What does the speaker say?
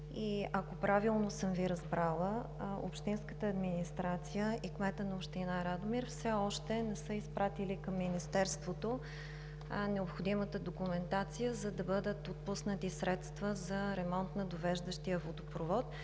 ако правилно съм Ви разбрала – общинската администрация и кметът на община Радомир все още не са изпратили към Министерството необходимата документация, за да бъдат отпуснати средства за ремонт на довеждащия водопровод.